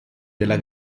della